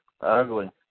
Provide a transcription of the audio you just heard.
ugly